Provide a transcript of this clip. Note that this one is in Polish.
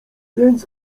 więc